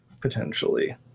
Potentially